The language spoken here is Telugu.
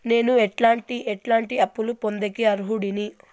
నేను ఎట్లాంటి ఎట్లాంటి అప్పులు పొందేకి అర్హుడిని?